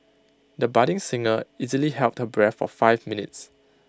the budding singer easily held her breath for five minutes